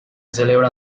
celebra